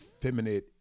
feminine